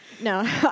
No